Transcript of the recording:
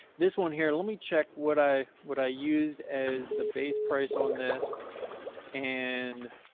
this one here. let me check what i, what i used as the base price on this and